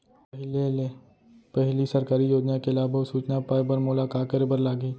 पहिले ले पहिली सरकारी योजना के लाभ अऊ सूचना पाए बर मोला का करे बर लागही?